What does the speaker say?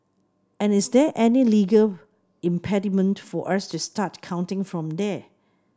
and is there any legal impediment for us to start counting from there